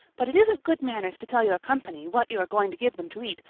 but it isn't good manners to tell your company what you are going to give them to eat,